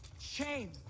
Shame